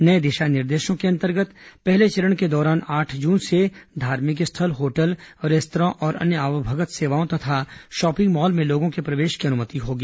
नए दिशा निर्देशों के अंतर्गत पहले चरण के दौरान आठ जून से धार्मिक स्थल होटल रेस्त्रां और अन्य आवभगत सेवाओं तथा शॉपिंग मॉल में लोगों के प्रवेश की अनुमति होगी